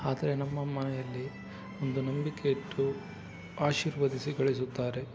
ಆದ್ರೆ ನಮ್ಮ ಮನೆಯಲ್ಲಿ ಒಂದು ನಂಬಿಕೆ ಇಟ್ಟು ಆಶೀರ್ವದಿಸಿ ಕಳಿಸುತ್ತಾರೆ